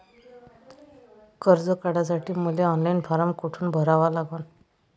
कर्ज काढासाठी मले ऑनलाईन फारम कोठून भरावा लागन?